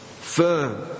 firm